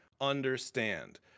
understand